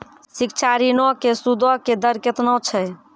शिक्षा ऋणो के सूदो के दर केतना छै?